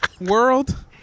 world